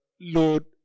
Lord